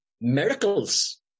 miracles